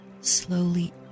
slowly